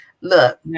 Look